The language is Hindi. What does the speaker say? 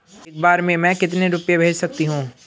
एक बार में मैं कितने रुपये भेज सकती हूँ?